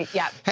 yeah.